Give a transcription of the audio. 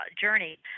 journey